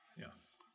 yes